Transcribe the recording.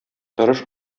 тырыш